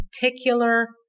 particular